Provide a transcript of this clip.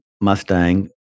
Mustang